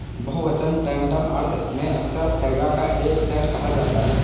बहुवचन टैंटम अर्थ में अक्सर हैगा का एक सेट कहा जाता है